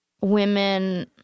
Women